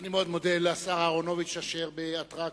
אני מאוד מודה לשר אהרונוביץ שבהתרעה